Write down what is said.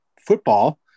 football